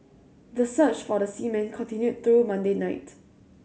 the search for the seamen continued through Monday night